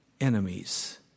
enemies